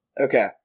Okay